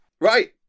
Right